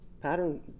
pattern